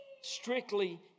strictly